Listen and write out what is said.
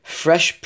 fresh